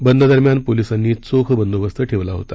बंददरम्यान पोलिसांनी चोख बंदोबस्त ठेवला होता